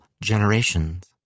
generations